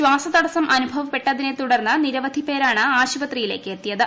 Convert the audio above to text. ശ്വാസതടസ്സം അനുഭവപ്പെട്ടതിനെ തുടർന്ന് നിരവധി പേരാണ് ആശുപത്രിയിലേക്ക് എത്തിയത്